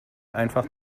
einfach